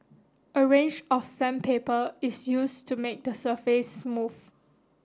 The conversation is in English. a range of sandpaper is used to make the surface smooth